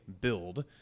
build